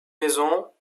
maison